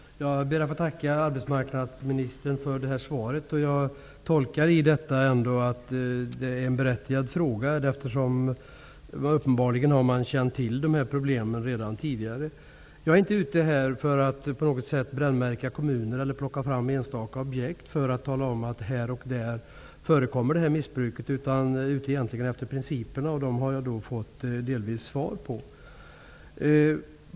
Herr talman! Jag ber att få tacka arbetsmarknadsministern för det här svaret. Jag tolkar svaret som att min fråga ändå är berättigad, eftersom de här problemen uppenbarligen är kända sedan tidigare. Jag är inte ute efter att på något sätt brännmärka kommuner eller plocka fram enstaka objekt för att tala om att det här missbruket förekommer här och där, utan jag är egentligen intresserad av principerna, och dem har arbetsmarknadsministern delvis uttalat sig om.